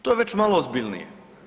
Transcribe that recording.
To je već malo ozbiljnije.